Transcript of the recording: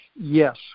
Yes